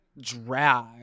drag